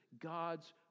God's